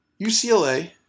UCLA